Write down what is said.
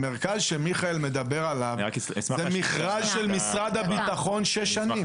המרכז שמיכאל מדבר עליו זה מכרז של משרד הביטחון שש שנים.